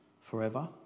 forever